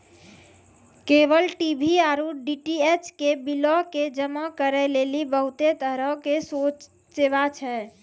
cable TV आरु DTH के बिलो के जमा करै लेली बहुते तरहो के सेवा छै